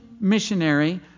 missionary